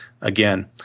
again